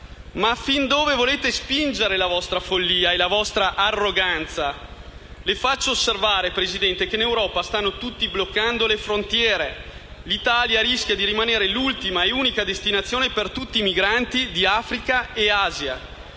Ma fin dove volete spingere la vostra follia e la vostra arroganza? Presidente, le faccio osservare che in Europa stanno tutti bloccando le frontiere. L'Italia rischia di rimanere l'ultima e unica destinazione per tutti i migranti di Africa e Asia